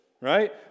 right